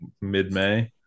mid-May